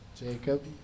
Jacob